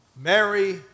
Mary